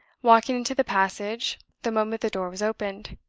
walking into the passage, the moment the door was opened.